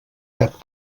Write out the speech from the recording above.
cap